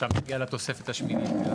עכשיו נגיע לתוספת השמינית.